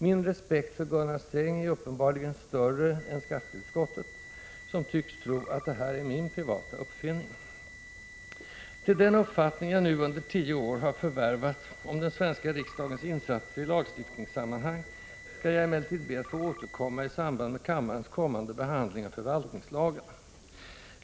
Min respekt för Gunnar Sträng är uppenbarligen större än skatteutskottets — utskottet tycks tro att det här är min privata uppfinning. Till den uppfattning jag nu under tio år har förvärvat om den svenska riksdagens insatser i lagstiftningssammanhang skall jag emellertid be att få återkomma i samband med kammarens kommande behandling av förvaltningslagen.